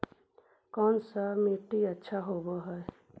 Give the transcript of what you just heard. कोन सा मिट्टी अच्छा होबहय?